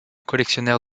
collectionneur